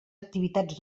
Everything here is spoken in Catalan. activitats